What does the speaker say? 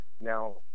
now